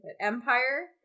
Empire